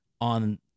on